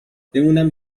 بمونم